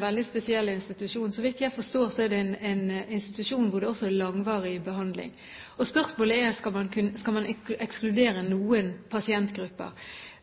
veldig spesiell institusjon. Så vidt jeg forstår, er det en institusjon hvor det også er langvarig behandling. Spørsmålet er: Skal man ekskludere noen pasientgrupper?